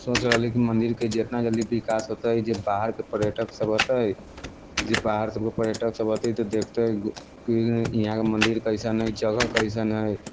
सोचि रहली मन्दिरके जितना जल्दी विकास होतै जे बाहरके पर्यटक सभ औतै जे बाहरके से पर्यटक सभ औतै से देखतै कि यहाँके मन्दिर कैसन है जगह कैसन है